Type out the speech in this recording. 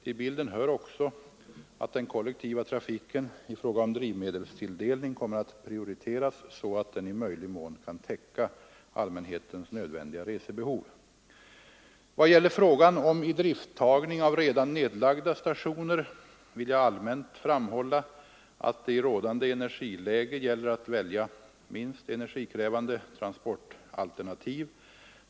Till bilden hör också att den kollektiva trafiken i fråga om drivmedelstilldelning kommer att prioriteras så att den i möjlig mån kan täcka allmänhetens nödvändiga resebehov. Vad gäller frågan om idrifttagning av redan nedlagda stationer vill jag allmänt framhålla, att det i rådande energiläge gäller att välja minst energikrävande transportalternativ.